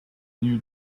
new